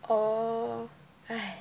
oh !hais!